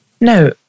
No